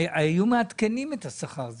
היו מעדכנים את השכר.